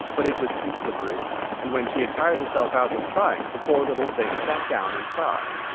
but it was too slippery and when she had tired herself out with trying, the poor little thing sat down and cried.